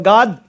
God